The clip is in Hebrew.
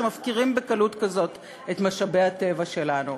שמפקירים בקלות כזאת את משאבי הטבע שלנו.